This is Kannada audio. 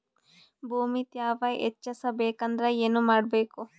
ಭೂಮಿ ತ್ಯಾವ ಹೆಚ್ಚೆಸಬೇಕಂದ್ರ ಏನು ಮಾಡ್ಬೇಕು?